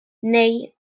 neu